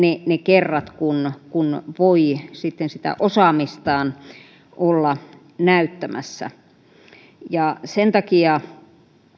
liian rajallisiksi ne kerrat kun kun voi sitten sitä osaamistaan olla näyttämässä sen takia